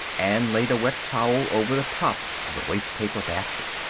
and laid a wet towel over the top of the wastepaper basket.